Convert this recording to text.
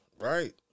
Right